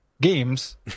games